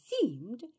seemed